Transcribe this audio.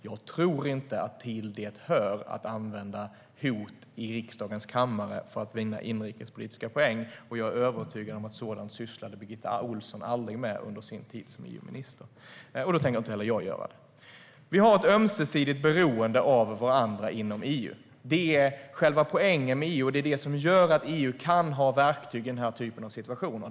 Jag tror inte att det hör dit att använda hot i riksdagens kammare för att vinna inrikespolitiska poäng. Jag är övertygad om att Birgitta Ohlsson aldrig sysslade med sådant under sin tid som EU-minister, och det tänker inte heller jag göra. Vi har ett ömsesidigt beroende av varandra inom EU. Det är själva poängen med EU och det som gör att EU kan ha verktyg i den här typen av situationer.